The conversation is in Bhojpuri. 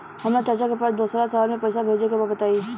हमरा चाचा के पास दोसरा शहर में पईसा भेजे के बा बताई?